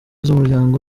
z’umuryango